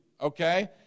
okay